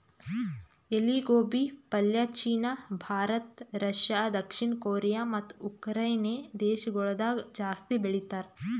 ಎಲಿ ಗೋಬಿ ಪಲ್ಯ ಚೀನಾ, ಭಾರತ, ರಷ್ಯಾ, ದಕ್ಷಿಣ ಕೊರಿಯಾ ಮತ್ತ ಉಕರೈನೆ ದೇಶಗೊಳ್ದಾಗ್ ಜಾಸ್ತಿ ಬೆಳಿತಾರ್